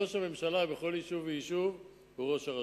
ראש הממשלה בכל יישוב ויישוב הוא ראש הרשות.